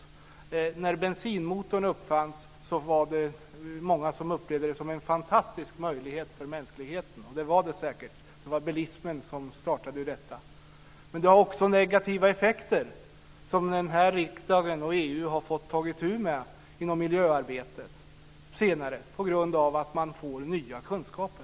Många upplevde uppfinningen av bensinmotorn som en fantastisk möjlighet för mänskligheten. Det var den säkert. Bilismen startade ur detta. Men den har också negativa effekter, som den här riksdagen och EU senare har fått ta itu med inom miljöarbetet på grund av att man har fått nya kunskaper.